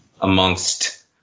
amongst